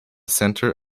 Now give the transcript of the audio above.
centre